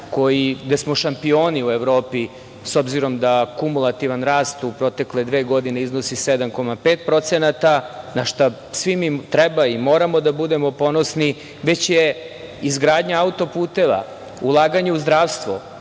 gde smo šampioni u Evropi, s obzirom da kumulativan rast u protekle dve godine iznosi 7,5%, na šta svi mi treba i moramo da budemo ponosni, već je izgradnja autoputeva, ulaganje u zdravstvo,